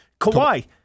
Kawhi